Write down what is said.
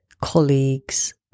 colleagues